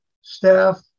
staff